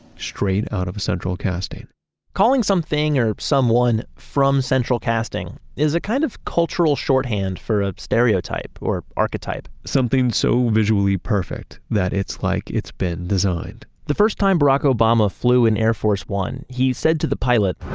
straight out of central casting calling something or someone from central casting is a kind of cultural shorthand for a stereotype or archetype something so visually perfect that it's like it's been designed the first time barack obama flew in air force one, he said to the pilot,